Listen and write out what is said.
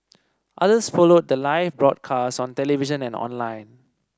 others followed the live broadcast on television and online